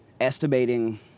estimating